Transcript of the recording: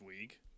Week